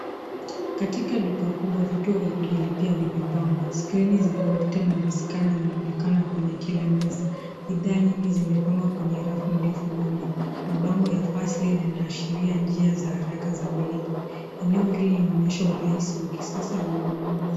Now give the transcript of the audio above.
Katika duka kubwa vituo vya kujilipia vimepangwa. Skrini za kompyuta na viscanner vinaonekana kwenye kila meza. Bidhaa nyingi zimepangwa kwenye rafu ndefu nyuma. Mabango ya fast lane yanaashiria njia za haraka za malipo. Eneo hili linaonyesha urahisi wa kisasa wa ununuzi.